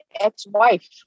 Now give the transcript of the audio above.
ex-wife